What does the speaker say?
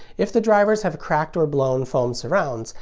if the drivers have cracked or blown foam surrounds,